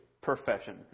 profession